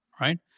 right